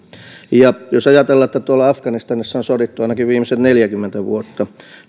jos ajatellaan että tuolla afganistanissa on sodittu ainakin viimeiset neljäkymmentä vuotta